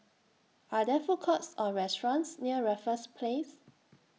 Are There Food Courts Or restaurants near Raffles Place